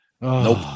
Nope